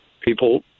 People